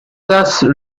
tasses